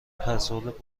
پسورد